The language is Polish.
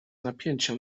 napięcia